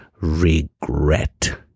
regret